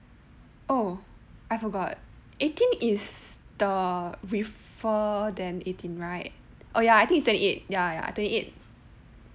oh I forgot eighteen is the refer than eighteen right oh ya I think it's twenty eight ya ya twenty eight